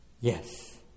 Yes